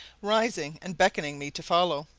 rising and beckoning me to follow.